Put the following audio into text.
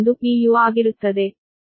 u ಆಗಿರುತ್ತದೆ